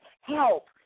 help